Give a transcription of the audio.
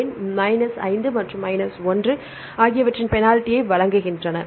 ஏன் மைனஸ் 5 மற்றும் மைனஸ் 1 ஆகியவற்றின் பெனால்டி ஐ வழங்குகின்றன